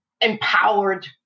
empowered